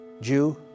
Jew